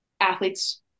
athletes